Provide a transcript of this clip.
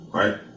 right